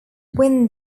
win